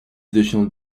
additional